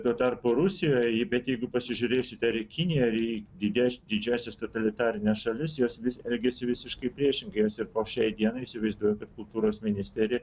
tuo tarpu rusijoje ji bet jeigu pasižiūrėsite ar į kiniją ar į dygia į didžiąsias totalitarines šalis jos vis elgiasi visiškai priešingai jos ir po šiai dienai įsivaizduoja kad kultūros ministerija